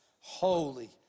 holy